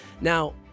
Now